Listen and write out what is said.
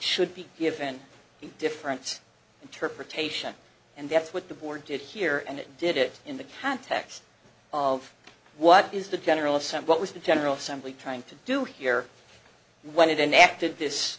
should be given a different interpretation and that's what the board did here and it did it in the context of what is the general somewhat was the general assembly trying to do here when it enacted this